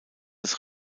das